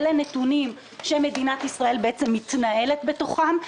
אלה נתונים שמדינת ישראל בעצם מתנהלת בתוכם.